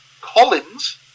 Collins